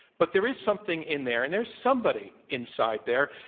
but there is something in there, and there's somebody inside there.